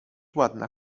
ładna